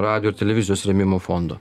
radijo ir televizijos rėmimo fondo